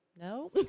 No